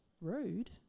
rude